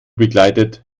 begleitet